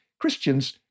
Christians